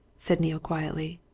said neale quietly.